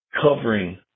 covering